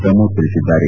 ಪ್ರಮೋದ್ ತಿಳಿಸಿದ್ದಾರೆ